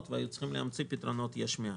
והם היו צריכים להמציא פתרונות יש מאין.